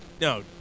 No